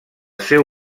seu